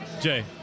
Jay